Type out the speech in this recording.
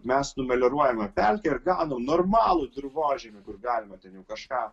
mes numelioruojame pelkę ir gaunam normalų dirvožemį kur galima ten jau kažką